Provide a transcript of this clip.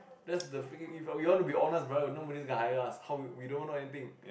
that's the freaking if we are to be honest brother nobody going hire us how we don't know everything